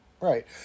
Right